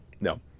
No